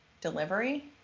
delivery